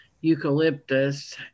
eucalyptus